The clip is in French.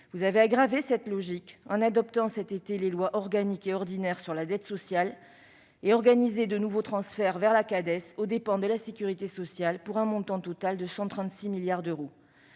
Vous avez aggravé cette logique en faisant adopter cet été des lois organiques et ordinaires relatives à la dette sociale et en organisant de nouveaux transferts vers la Cades, aux dépens de la sécurité sociale, pour un montant total de 136 milliards d'euros.